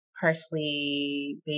parsley